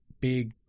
big